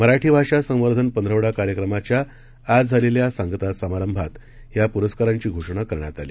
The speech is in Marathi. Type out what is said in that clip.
मराठीभाषासंवर्धनपंधरवडाकार्यक्रमाच्याआजझालेल्यासांगतासमारंभात यापुरस्कारंचीघोषणाकरण्यातआली